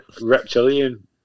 reptilian